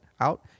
out